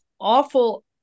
awful